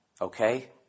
Okay